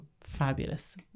Fabulous